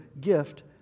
gift